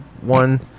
one